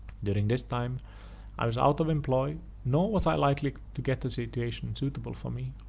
during this time i was out of employ, nor was i likely to get a situation suitable for me,